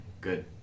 Good